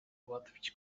ułatwić